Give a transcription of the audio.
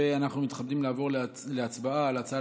אנחנו מתכבדים לעבור להצבעה על הצעה